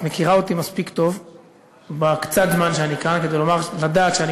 את מכירה אותי מספיק טוב בקצת זמן שאני כאן כדי לדעת שאני